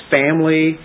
family